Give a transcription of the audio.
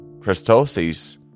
Christos